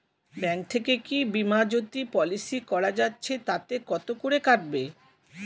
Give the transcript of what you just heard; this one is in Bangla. ব্যাঙ্ক থেকে কী বিমাজোতি পলিসি করা যাচ্ছে তাতে কত করে কাটবে?